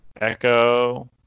Echo